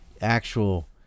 actual